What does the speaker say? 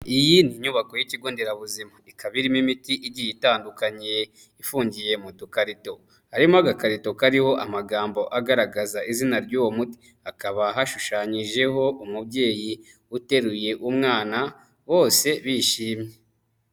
Iyi ni inyubako y'ikigonderabuzima, ikaba irimo imiti igiye itandukanye ifungiye mu dukarito. Harimo agakarito kariho amagambo agaragaza izina ry'uwo muti. hakaba hashushanyijeho umubyeyi uteruye umwana bose bishimye.